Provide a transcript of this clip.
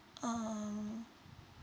um